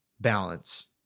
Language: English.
balance